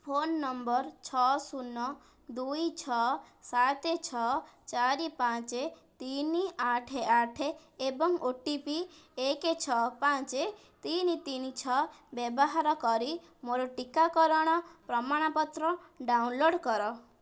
phone number ଛଅ ଶୂନ ଦୁଇ ଛଅ ସାତ ଛଅ ଚାରି ପାଞ୍ଚ ତିନି ଆଠ ଆଠ ଏବଂ ଓ ଟି ପି ଏକ ଛଅ ପାଞ୍ଚ ତିନି ତିନି ଛଅ ବ୍ୟବହାର କରି ମୋର ଟିକାକରଣ ପ୍ରମାଣପତ୍ର ଡାଉନଲୋଡ଼୍ କର